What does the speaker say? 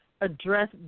address